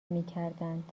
میکردند